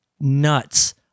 nuts